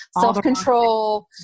self-control